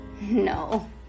no